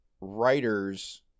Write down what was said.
writers